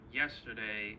yesterday